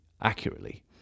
accurately